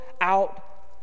out